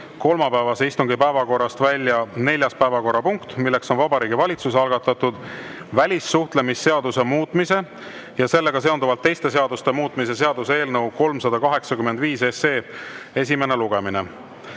kolmapäevase istungi päevakorrast välja neljas päevakorrapunkt, milleks on Vabariigi Valitsuse algatatud välissuhtlemisseaduse muutmise ja sellega seonduvalt teiste seaduste muutmise seaduse eelnõu 385 esimene lugemine.